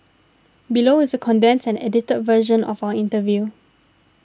below is a condensed and edited version of our interview